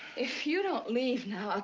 if you don't leave now,